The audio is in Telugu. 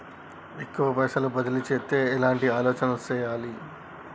ఎక్కువ పైసలు బదిలీ చేత్తే ఎట్లాంటి ఆలోచన సేయాలి?